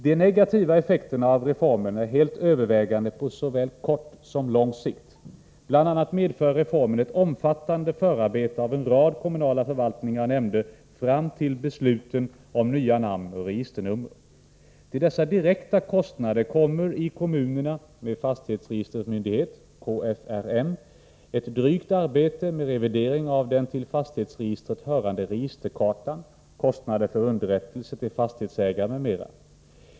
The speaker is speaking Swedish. De negativa effekterna av reformen är helt övervägande på såväl kort som lång sikt. Bl.a. medför reformen ett omfattande förarbete av en rad kommunala förvaltningar och nämnder fram till besluten om nya namn och registernummer. Till dessa direkta kostnader kommer i kommunerna med fastighetsregistermyndighet, KFRM, ett drygt arbete med revidering av den till fastighetsregistret hörande registerkartan, kostnader för underrättelse till fastighetsägare m.m.